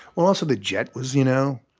also, the jet was, you know,